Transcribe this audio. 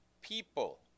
people